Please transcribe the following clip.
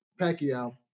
Pacquiao